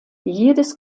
jedes